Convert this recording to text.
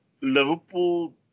Liverpool